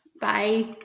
Bye